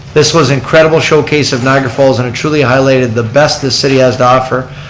this was incredible showcase of niagara falls and it truly highlighted the best this city has to offer.